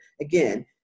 again